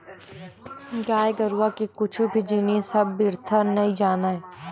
गाय गरुवा के कुछु भी जिनिस ह बिरथा नइ जावय